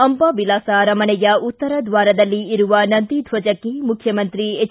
ಅಂಬಾವಿಲಾಸ ಅರಮನೆಯ ಉತ್ತರ ದ್ವಾರದಲ್ಲಿ ಇರುವ ನಂದಿ ದ್ವಜಕ್ಕೆ ಮುಖ್ಯಮಂತ್ರಿ ಎಚ್